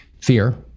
Fear